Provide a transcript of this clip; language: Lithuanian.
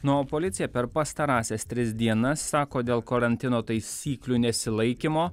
na o policija per pastarąsias tris dienas sako dėl karantino taisyklių nesilaikymo